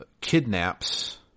kidnaps